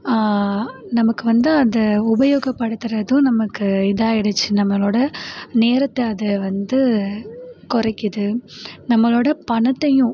நமக்கு வந்து அந்த உபயோகப்படுத்துகிறதும் நமக்கு இதாயிடுச்சு நம்மளோட நேரத்தை அதில் வந்து குறைக்கிது நம்மளோட பணத்தையும்